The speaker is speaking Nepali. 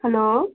हेलो